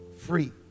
free